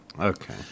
Okay